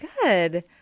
Good